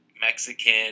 mexican